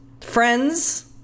friends